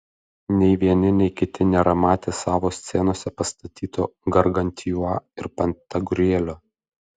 nei vieni nei kiti nėra matę savo scenose pastatyto gargantiua ir pantagriuelio